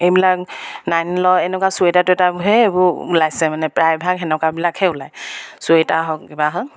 এইবিলাক নাইলনৰ এনেকুৱা চুৱেটাৰ টুৱেটাৰবোৰহে এইবোৰ ওলাইছে মানে প্ৰায়ভাগ সেনেকুৱাবিলাকহে ওলায় চুৱেটাৰ হওক কিবা হওক